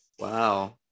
wow